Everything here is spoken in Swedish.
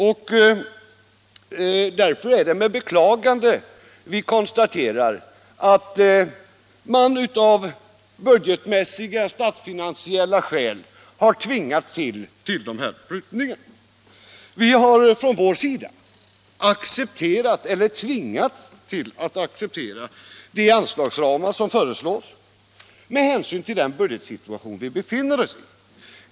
Det är därför med beklagande vi konstaterar att regeringen av budgetmässiga och statsfinansiella skäl har tvingats till dessa prutningar. Från vår sida har vi accepterat — eller tvingats acceptera — de anslagsramar som föreslås med hänsyn till den budgetsituation vi befinner oss i.